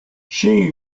she